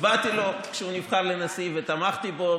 הצבעתי לו כשהוא נבחר לנשיא ותמכתי בו.